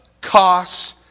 costs